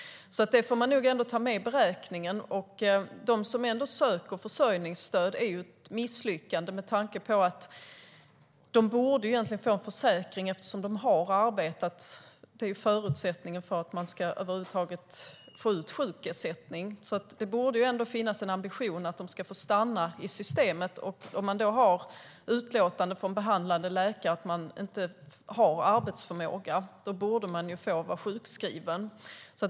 Det får man nog ta med i beräkningen. Att det finns de som ändå söker försörjningsstöd är ett misslyckande med tanke på att de egentligen borde få en försäkring eftersom de har arbetat. Det är ju förutsättningen för att man över huvud taget ska få ut sjukersättning. Det borde finnas en ambition att se till att de ska få stanna i systemet. Om man har ett utlåtande från en behandlande läkare att man inte har arbetsförmåga borde man få vara sjukskriven.